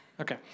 Okay